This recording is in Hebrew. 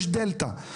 יש דלתא,